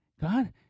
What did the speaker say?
God